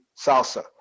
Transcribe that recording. salsa